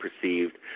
perceived